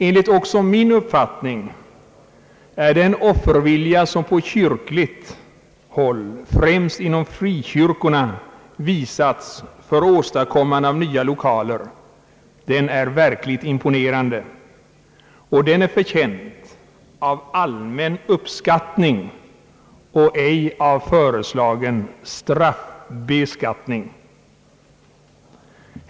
Också enligt min uppfattning är den offervilja som på kyrkligt håll främst inom frikyrkorna — visas för åstadkommande av nya lokaler verkligt imponerande. Den är förtjänt av allmän uppskattning och ej av föreslagen straffbeskattning.